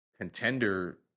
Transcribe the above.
contender